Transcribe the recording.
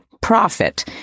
profit